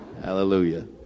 hallelujah